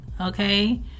okay